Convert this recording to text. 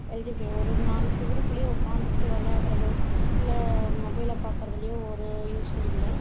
எலிஜிபிளி ஒரு நாலு சுவுருக்குள்ளே உட்காந்துக்கிட்டு விளாட்றதோ இல்லை மொபைலை பார்க்குறதிலயோ ஒரு யூஸ்ஸும் இல்லை